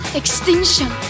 extinction